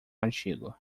artigo